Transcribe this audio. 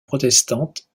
protestante